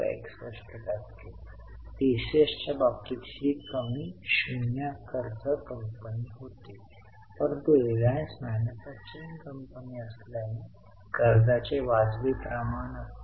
61 टक्के टीसीएसच्या बाबतीत ही कमी शून्य कर्ज कंपनी होती परंतु रिलायन्स मॅन्युफॅक्चरिंग कंपनी असल्याने कर्जाचे वाजवी प्रमाण असते